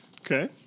Okay